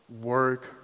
work